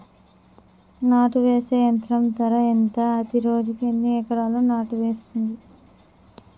నాటు వేసే యంత్రం ధర ఎంత? అది రోజుకు ఎన్ని ఎకరాలు నాటు వేస్తుంది?